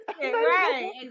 Right